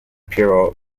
piero